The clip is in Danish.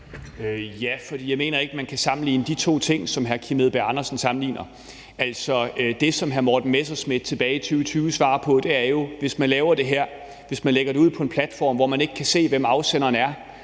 jeg mener ikke, man kan sammenligne de to ting, som hr. Kim Edberg Andersen sammenligner. Altså, det, som hr. Morten Messerschmidt tilbage i 2020 svarer på, er jo, om det, hvis man laver det her og lægger det ud på en platform, hvor man ikke kan se, hvem afsenderen er,